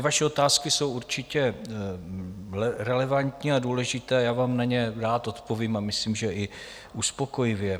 Vaše otázky jsou určitě relevantní a důležité, já vám na ně rád odpovím a myslím, že i uspokojivě.